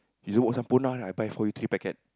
you I buy for you three packet